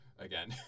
Again